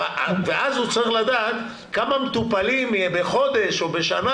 ואז הוא צריך לדעת כמה מטופלים בחודש או בשנה